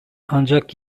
ancak